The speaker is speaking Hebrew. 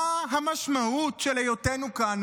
מה המשמעות של היותנו כאן?